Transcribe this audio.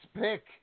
pick